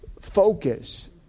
focus